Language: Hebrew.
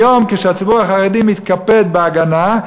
היום, כשהציבור החרדי מתקפד בהגנה,